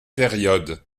périodes